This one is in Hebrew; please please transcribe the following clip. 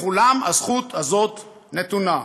לכולם הזכות הזאת נתונה.